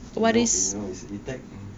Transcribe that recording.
you know you know wis a tech